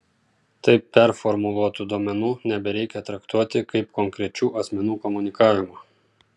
taip performuluotų duomenų nebereikia traktuoti kaip konkrečių asmenų komunikavimo